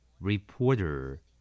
Reporter